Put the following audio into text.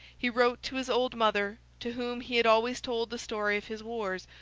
he wrote to his old mother, to whom he had always told the story of his wars,